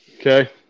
Okay